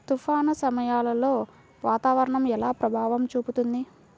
తుఫాను సమయాలలో వాతావరణం ఎలా ప్రభావం చూపుతుంది?